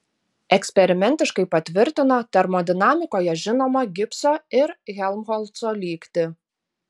eksperimentiškai patvirtino termodinamikoje žinomą gibso ir helmholco lygtį